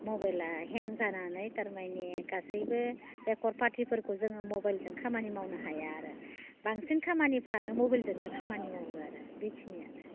मबेला हें जानानै थारमानि गासैबो रेकरर्ट पाटिफोरखौ जोङो मबेलजों खामानि मावनो हाया आरो बांसिन खामानिफोरानो मबेलजोंनो खामानि मावो आरो बेखिनियानो